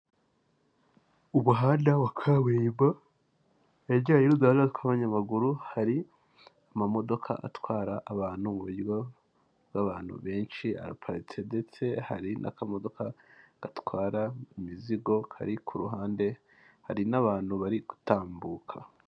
Umuhanda wa kaburimbo wegeranye n'uduhanda tw'abanyamaguru, hari amamodoka atwara abantu mu buryo bw'abantu benshi, araparitse ndetse hari n'akamodoka gatwara imizigo kari ku ruhande, hari n'abantu bari gutambuka.